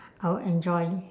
I would enjoy